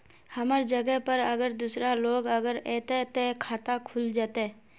हमर जगह पर अगर दूसरा लोग अगर ऐते ते खाता खुल जते?